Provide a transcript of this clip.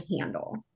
handle